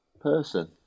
person